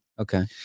Okay